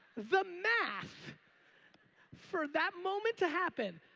the math for that moment to happen.